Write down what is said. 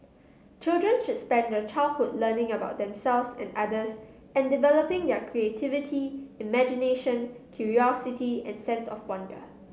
children should spend their childhood learning about themselves and others and developing their creativity imagination curiosity and sense of wonder